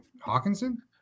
Hawkinson